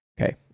Okay